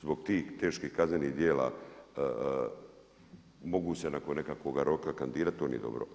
Zbog tih teških kaznenih djela mogu se nakon nekakvog roka kandidirati, to nije dobro.